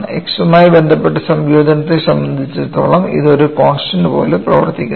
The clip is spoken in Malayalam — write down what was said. X മായി ബന്ധപ്പെട്ട സംയോജനത്തെ സംബന്ധിച്ചിടത്തോളം ഇത് ഒരു കോൺസ്റ്റൻസ് പോലെ പ്രവർത്തിക്കുന്നു